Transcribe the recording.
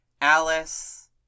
Alice